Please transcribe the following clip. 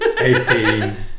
Eighteen